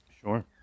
Sure